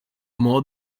more